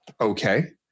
okay